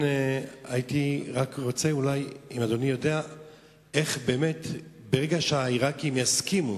אני רוצה לפנות בעיקרי דברי לסגן השר.